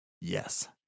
Yes